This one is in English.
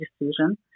decision